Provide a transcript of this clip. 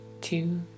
two